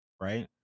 right